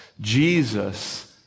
Jesus